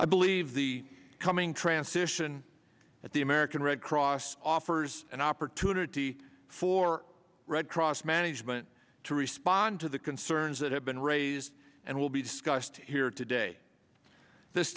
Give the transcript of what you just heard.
i believe the coming transition at the american red cross offers an opportunity for red cross management to respond to the concerns that have been raised and will be discussed here today this